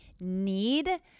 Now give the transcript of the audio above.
need